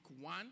one